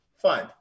fine